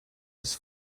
his